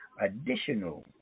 additional